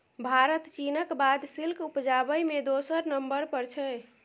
भारत चीनक बाद सिल्क उपजाबै मे दोसर नंबर पर छै